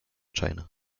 china